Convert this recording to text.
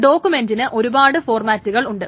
ഡോകുമെന്റിന് ഒരുപാട് ഫോർമാറ്റുകളുണ്ട്